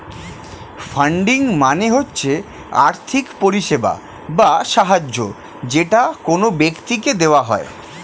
funding মানে হচ্ছে আর্থিক পরিষেবা বা সাহায্য যেটা কোন ব্যক্তিকে দেওয়া হয়